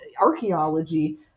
Archaeology